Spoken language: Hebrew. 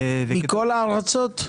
מכל הארצות?